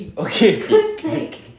okay okay okay